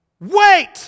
Wait